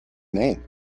name